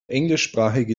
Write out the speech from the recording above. englischsprachige